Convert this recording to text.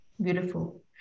Beautiful